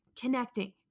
connecting